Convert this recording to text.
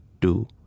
two